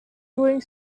doing